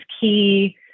key